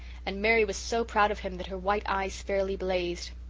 and mary was so proud of him that her white eyes fairly blazed.